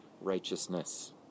righteousness